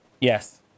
Yes